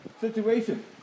situation